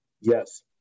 yes